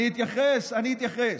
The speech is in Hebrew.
אני אתייחס, אני אתייחס.